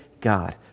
God